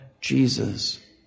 Jesus